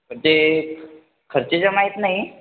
ते खर्चाचे माहीत नाही